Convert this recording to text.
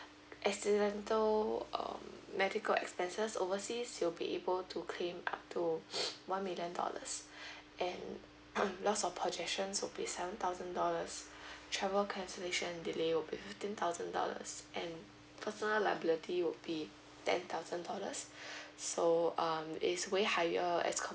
accidental uh medical expenses overseas you'll be able to claim up to one million dollars and hmm lost of possessions will be seven thousand dollars travel cancellation delay will be fifteen thousand dollars and personal liability would be ten thousand dollars so um is way higher as compared